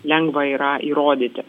lengva yra įrodyti